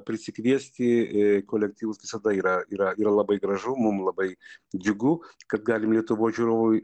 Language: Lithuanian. prisikviesti kolektyvus visada yra yra yra labai gražu mum labai džiugu kad galim lietuvoj žiūrovui